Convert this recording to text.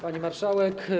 Pani Marszałek!